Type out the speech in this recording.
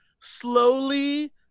slowly